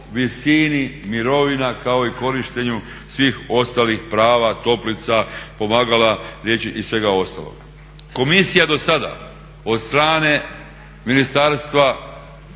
visini mirovina kao i korištenju svih ostalih prava toplica, pomagala, liječenja i svega ostalog. Komisija do sada od strane ministarstva